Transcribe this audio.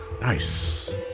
Nice